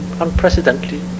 unprecedentedly